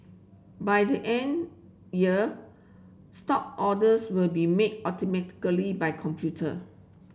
by the end year stock orders will be made automatically by computer